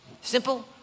Simple